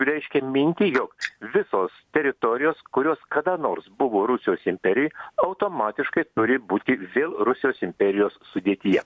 reiškė mintį jog visos teritorijos kurios kada nors buvo rusijos imperijoj automatiškai turi būti vėl rusijos imperijos sudėtyje